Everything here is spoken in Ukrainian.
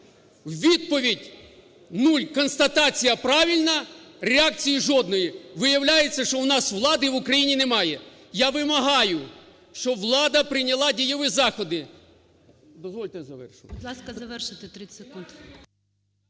Відповідь: нуль, констатація правильна, реакції жодної. Виявляється, що у нас влади в Україні немає. Я вимагаю, щоб влада прийняла дієві заходи. Дозвольте я завершу.